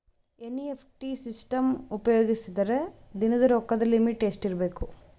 NEFT system ಉಪಯೋಗಿಸಿದರ ದಿನದ ರೊಕ್ಕದ ಲಿಮಿಟ್ ಎಷ್ಟ ಇರಬೇಕು?